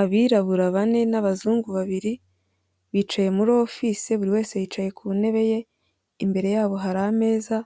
Abirabura bane n'abazungu babiri bicaye muri office buri wese yicaye ku ntebe ye. Imbere yabo hari ameza